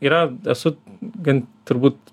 yra esu gan turbūt